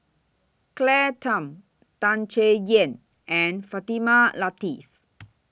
Claire Tham Tan Chay Yan and Fatimah Lateef